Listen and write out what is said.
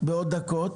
בעוד דקות